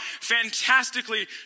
fantastically